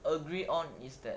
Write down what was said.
agree on is that